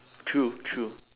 true true